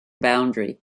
boundary